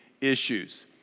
issues